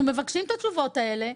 אנחנו מבקשים את התשובות האלה,